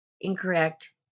Incorrect